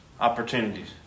opportunities